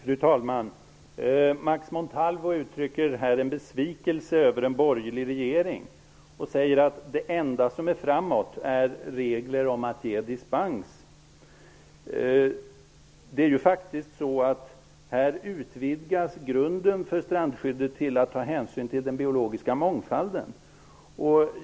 Fru talman! Max Montalvo uttrycker här en besvikelse över den borgerliga regeringen. Han säger att det enda som är framåt är regler om att ge dispens. Här utvidgas grunden för strandskyddet till att ta hänsyn till den biologiska mångfalden.